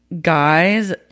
guys